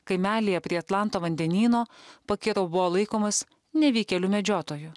kaimelyje prie atlanto vandenyno pakiro buvo laikomas nevykėliu medžiotoju